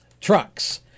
trucks